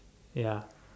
ya